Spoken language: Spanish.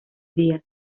días